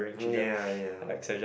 ya ya ya